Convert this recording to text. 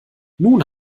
nun